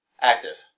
Active